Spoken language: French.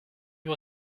lui